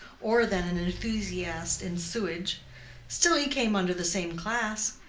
or than an enthusiast in sewage still he came under the same class.